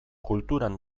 kulturan